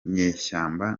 nyeshyamba